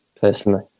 personally